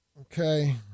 Okay